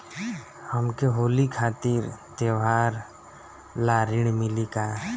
हमके होली खातिर त्योहार ला ऋण मिली का?